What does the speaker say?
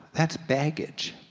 that's baggage.